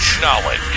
knowledge